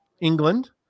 england